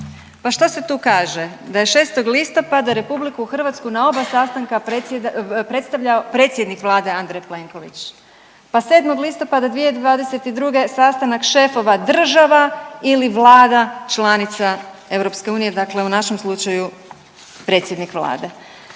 Pa šta se tu kaže, da je 6. listopada RH na oba sastanka predstavljao predsjednik vlade Andrej Plenković, pa 7. listopada 2022. sastanak šefova država ili vlada članica EU, dakle u našem slučaju predsjednik vlade.